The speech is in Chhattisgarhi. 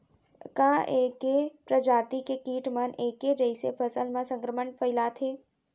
का ऐके प्रजाति के किट मन ऐके जइसे फसल म संक्रमण फइलाथें?